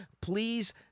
please